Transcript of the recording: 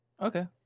Okay